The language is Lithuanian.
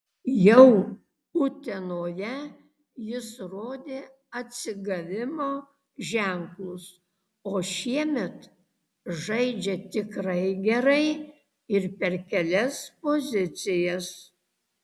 jau utenoje jis rodė atsigavimo ženklus o šiemet žaidžia tikrai gerai ir per kelias pozicijas